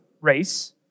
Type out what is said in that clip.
race